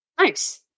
Nice